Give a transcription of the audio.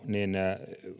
niin